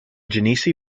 genesee